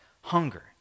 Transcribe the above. hunger